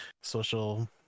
social